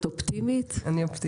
את אופטימית?